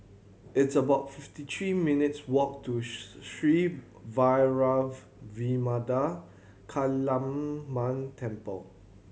it's about fifty three minutes walk to Sri Vairavimada Kaliamman Temple